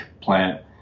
plant